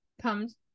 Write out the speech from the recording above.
comes